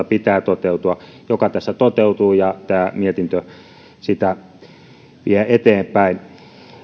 pitää toteutua ja se tässä toteutuu ja tämä mietintö vie sitä eteenpäin